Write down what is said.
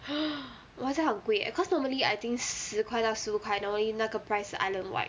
!wah! 这样很贵 eh cause normally I think 十块到十五块 normally 那个 price 是 islandwide